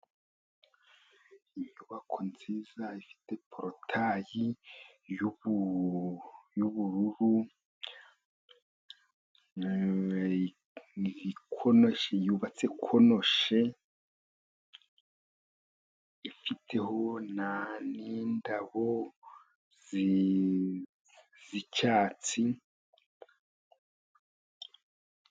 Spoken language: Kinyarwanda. Inyubako nziza ifite porotayi y'ubururu, conoshi yubatse ko noc ifiteho nindabo zicyatsi